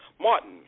Martin